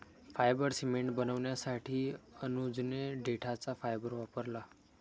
fibre cement बनवण्यासाठी अनुजने देठाचा फायबर वापरला